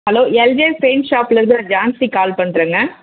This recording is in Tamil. ஹலோ எல்ஜிஎஸ் பெயிண்ட் ஷாப்பில் இருந்து நான் ஜான்சி கால் பண்ணுறங்க